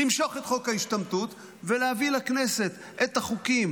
למשוך את חוק ההשתמטות ולהביא לכנסת את החוקים